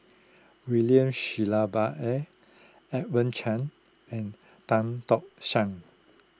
William Shellabear Edmund Chen and Tan Tock San